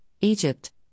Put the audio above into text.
Egypt